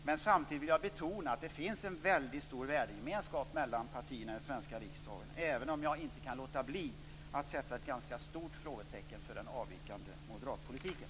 Men samtidigt vill jag betona att det finns en stor värdegemenskap mellan partierna i den svenska riksdagen, även om jag inte kan låta bli att sätta ett stort frågetecken för den avvikande moderatpolitiken.